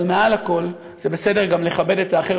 אבל מעל הכול זה בסדר גם לכבד את האחר,